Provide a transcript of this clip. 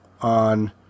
on